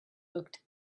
looked